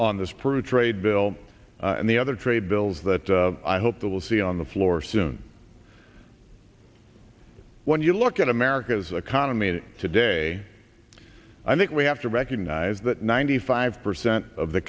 on this proof trade bill and the other trade bills that i hope they will see on the floor soon when you look at america's economy that today i think we have to recognize that ninety five percent of the